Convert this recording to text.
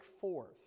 forth